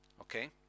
okay